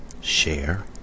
share